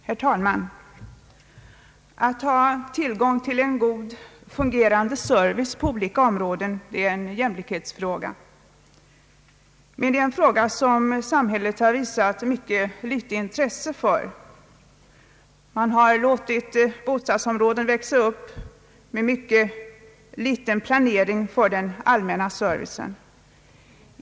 Herr talman! Tillgång till god fungerande service på olika områden är en jämlikhetsfråga. Men det är en fråga som samhället har visat mycket litet intresse för. Man har låtit bostadsområden växa upp med mycket ringa planering för den allmänna servicen.